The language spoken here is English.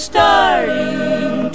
Starting